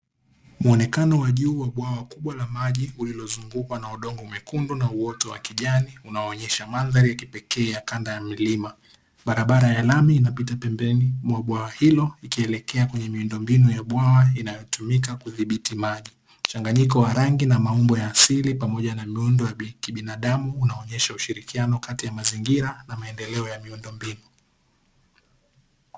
Muonekano wa juu wa bwawa kubwa la maji liliozungukwa na udongo mwekundu na uoto wa kijani unaoonyesha mandhari ya kipekee ya kanda ya milima. Barabara ya lami inapita pembeni mwa bwawa hilo ikielekea kwenye miundombinu ya bwawa linalotumika kudhibiti maji. Mchanganyiko wa rangi na maumbo ya asili pamoja na miundo ya kibinadamu unaonyesha ushirikiano kati ya mazingira na maendeleo ya miundombinu.